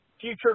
future